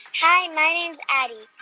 hi. my name's addie.